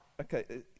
Okay